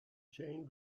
chain